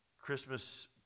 Christmas